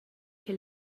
che